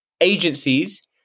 agencies